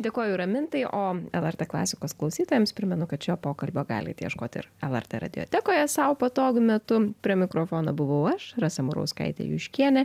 dėkoju ramintai o lrt klasikos klausytojams primenu kad šio pokalbio galit ieškoti ir lrt radiotekoje sau patogiu metu prie mikrofono buvau aš rasa murauskaitė juškienė